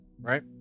right